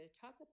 talk